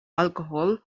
alcohol